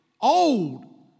old